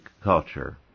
culture